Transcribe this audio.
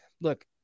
look